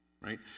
right